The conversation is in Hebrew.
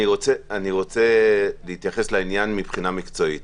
אני רוצה להתייחס לעניין מהבחינה המקצועית